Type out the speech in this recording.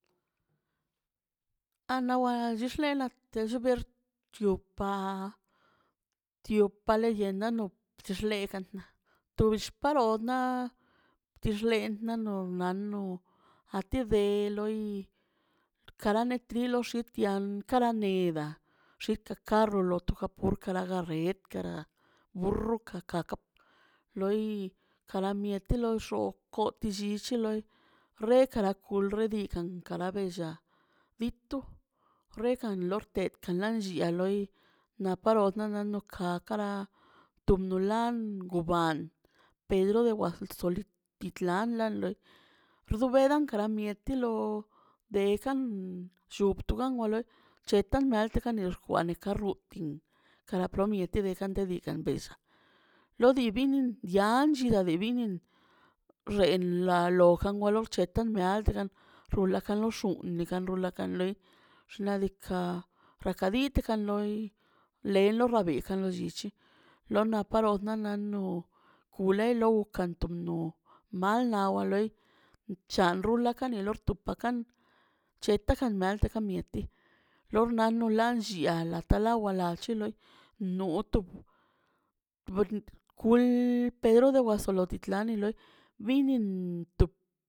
Anana lo llpale xupa chaka paleyenda no xlegan tox parod na na tixle nano nano kosa tu tu tiempo xtimpo ka ka benta una to di riax nex um wa- wa- wa xnaꞌ diikaꞌ to lellenda mak tu chillit na nadika por lo nadas na nakan ned no nia kwa nia te nia kwakan ker na kan niox na lo llichitet zo tu jugat cosechanan na ka gan ban na ka ga ber bei da gasan da rrati da win xnaꞌ diikaꞌ da c̱huti ar ban su nadika xuu de tu xuu wen kaga cosecha mateka mieti per lo despues lor na kan ti subir kan kax kele farriri do fokas puma tal den da mala echi tu ma mala riguxka nadika na tu kax loi wal te dex xnaꞌ diikaꞌ le chuga chuga ux bei kada cosecha no rewenga gasan joo ew xi exodo cheke leken nadika mix nadika santiago ozaltepec na kan ne letra ne xine te ni on chul mieta nel xnaꞌ diikaꞌ lo kur wara ka ne la ta xnaꞌ diika' rraka ri odri et waler la na ro llu wa ler ba xaken la chean wa nar kul per lo de wizotitlani loi binin tloi